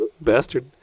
Bastard